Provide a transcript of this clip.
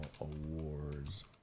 awards